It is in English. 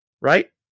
Right